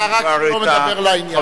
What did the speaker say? אני מעיר לשר רק כשהוא לא מדבר לעניין.